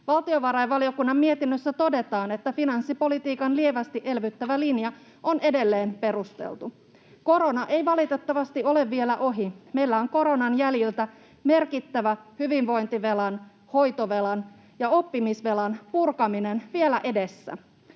Valtiovarainvaliokunnan mietinnössä todetaan, että finanssipolitiikan lievästi elvyttävä linja on edelleen perusteltu. Korona ei valitettavasti ole vielä ohi. Meillä on koronan jäljiltä merkittävä hyvinvointivelan, hoitovelan ja oppimisvelan purkaminen vielä edessä.